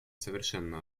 совершенно